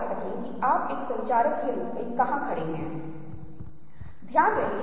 ऐसा क्यों है कि आप इस त्रिकोण को देख रहे हैं यह सफेद त्रिकोण और कुछ नहीं